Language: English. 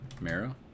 marrow